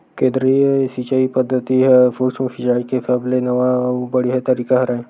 केदरीय सिचई पद्यति ह सुक्ष्म सिचाई के सबले नवा अउ बड़िहा तरीका हरय